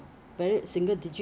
not the drumlets and wings